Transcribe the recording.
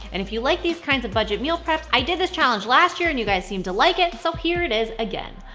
and if you like these kinds of budget meal preps, i did this challenge last year and you guys seemed to like it, so here it is again!